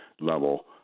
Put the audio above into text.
level